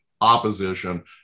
opposition